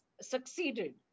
succeeded